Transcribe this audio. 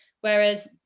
whereas